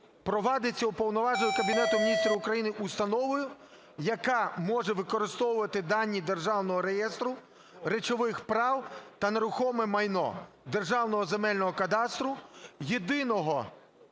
проводиться уповноваженою Кабінету Міністрів України установою, яка може використовувати дані Державного реєстру речових прав на нерухоме майно, Державного земельного кадастру, Єдиного